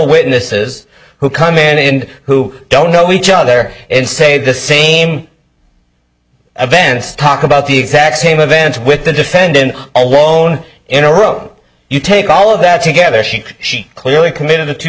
witnesses who come in and who don't know each other and say the same events talk about the exact same events with the defendant alone in a row you take all of that together she she clearly committed to two